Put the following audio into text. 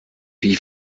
wie